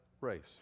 race